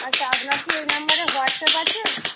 আচ্ছা আপনার কি এই নাম্বারে হোয়াটসঅ্যাপ আছে